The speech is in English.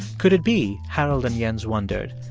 could it be, harold and jens wondered,